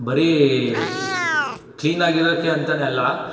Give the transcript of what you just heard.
ಬರೀ ಕ್ಲೀನಾಗಿರೋಕೆ ಅಂತನೇ ಅಲ್ಲ